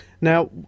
Now